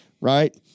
Right